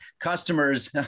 customers